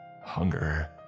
Hunger